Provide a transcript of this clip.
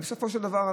הרי בסופו של דבר,